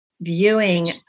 viewing